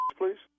please